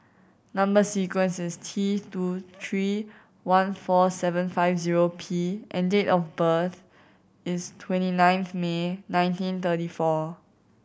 number sequence is T two three one four seven five zero P and date of birth is twenty ninth May nineteen thirty four